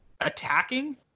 attacking